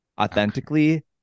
authentically